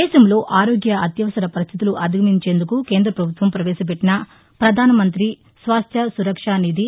దేశంలో ఆరోగ్య అత్యవసర పరిస్టితులు అధిగమించేందుకు కేంద్ర పభుత్వం పవేశపెట్లిన పధాన మంతి స్వాస్థ్య సురక్ష నిధి